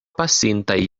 pasintaj